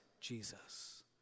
Jesus